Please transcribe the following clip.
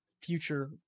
future